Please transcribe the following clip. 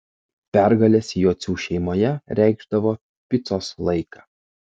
pergalės jocių šeimoje reikšdavo picos laiką